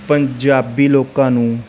ਪੰਜਾਬੀ ਲੋਕਾਂ ਨੂੰ